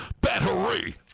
battery